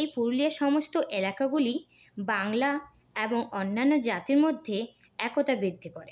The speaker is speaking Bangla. এই পুরুলিয়ার সমস্ত এলাকাগুলি বাংলা এবং অন্যান্য জাতের মধ্যে একতা বৃদ্ধি করে